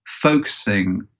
focusing